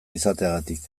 izateagatik